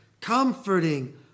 comforting